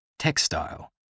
Textile